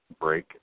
Break